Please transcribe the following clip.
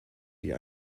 die